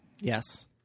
Yes